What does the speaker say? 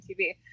TV